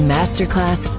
Masterclass